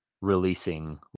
releasing